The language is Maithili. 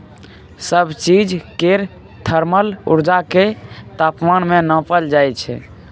सब चीज केर थर्मल उर्जा केँ तापमान मे नाँपल जाइ छै